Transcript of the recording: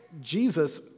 Jesus